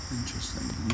Interesting